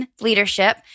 Leadership